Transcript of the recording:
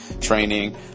training